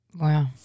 wow